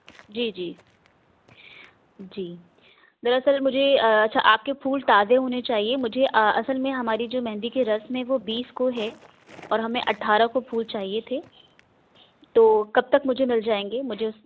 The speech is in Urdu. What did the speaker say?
جی جی جی دراصل مجھے اچھا آپ کے پھول تازے ہونے چاہیے مجھے اصل میں ہماری جو مہندی کی رسم ہے وہ بیس کو ہے اور ہمیں اٹھارہ کو پھول چاہیے تھے تو کب تک مجھے مل جائیں گے مجھے